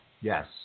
Yes